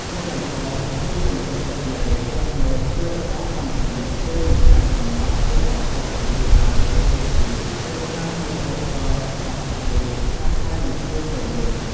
ជាដំបូងគឺកុំទុកចិត្តមេឃ ព្រោះមេឃជារបស់ធម្មជាតិ គេមិនអាចកំណត់ ឬបង្គាប់បញ្ជាបានទេ ដូចជា ពេលខ្លះមេឃរកកលចង់ភ្លៀង ស្រាប់តែមិនភ្លៀងទៅវិញ ។